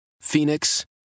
Phoenix